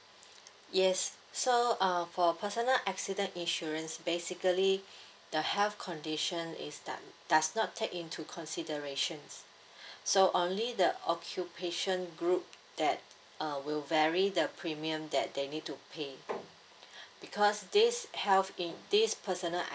yes so uh for personal accident insurance basically the health condition is do~ does not take into considerations so only the occupation group that uh will vary the premium that they need to pay because this health in~ this personal